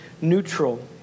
neutral